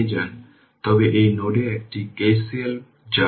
তাহলে সেই ক্ষেত্রে ইকুইভ্যালেন্ট সার্কিট কী হবে